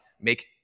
make